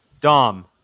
Dom